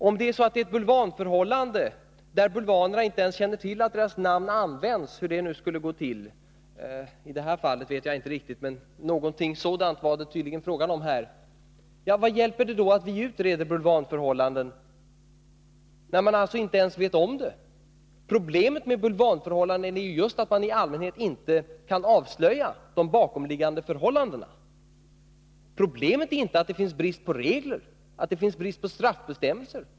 Om det är ett bulvanförhållande där bulvanerna inte ens känner till att deras namn använts — hur det skulle gå till i det här fallet vet jag inte riktigt, men någonting sådant var det tydligen fråga om — ja, vad hjälper det då att vi utreder reglerna om bulvanförhållanden, när inte ens bulvanerna själva vet om att de är inblandade? Problemet med bulvanförhållanden är ju just att man i allmänhet inte kan avslöja de bakomliggande förhållandena. Problemet är inte att det råder brist på regler eller att det är brist på straffbestämmelser.